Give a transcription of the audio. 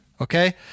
okay